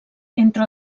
entre